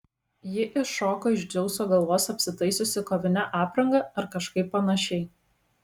ji iššoko iš dzeuso galvos apsitaisiusi kovine apranga ar kažkaip panašiai